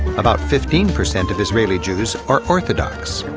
about fifteen percent of israeli jews are orthodox,